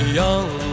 young